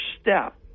step